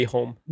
Home